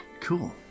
Cool